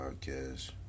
podcast